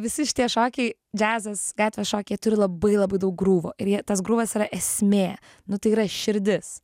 visi šitie šokiai džiazas gatvės šokiai turi labai labai daug grūvo ir jie tas grūvas yra esmė nu tai yra širdis